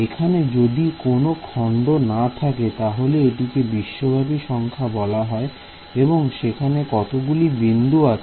এখানে যদি কোন খন্ড না থাকে তাহলে এটিকে বিশ্বব্যাপী সংখ্যা বলা হয় এবং সেখান কতগুলি বিন্দু আছে